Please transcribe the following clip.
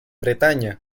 bretaña